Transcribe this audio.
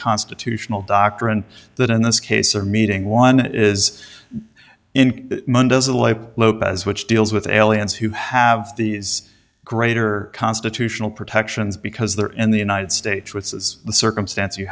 constitutional doctrine that in this case are meeting one is in lopez which deals with aliens who have these greater constitutional protections because they're in the united states with says the circumstance you